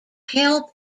help